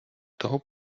того